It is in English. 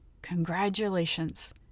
Congratulations